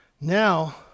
Now